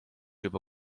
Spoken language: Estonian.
juba